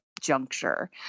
juncture